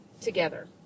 together